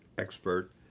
expert